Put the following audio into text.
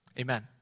Amen